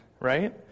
right